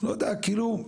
לא יודע, כאילו,